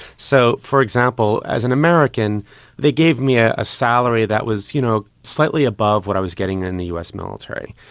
so, for example, as an american they gave me a salary that was, you know, slightly above what i was getting in the us military.